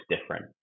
different